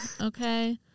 okay